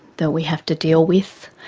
that we have to deal with.